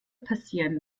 passieren